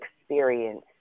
experience